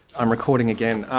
i'm recording again.